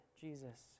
Jesus